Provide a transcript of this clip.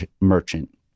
merchant